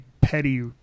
petty